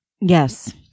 Yes